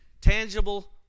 tangible